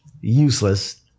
Useless